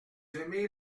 aimez